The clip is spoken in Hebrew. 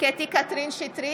קטי קטרין שטרית,